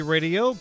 Radio